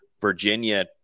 Virginia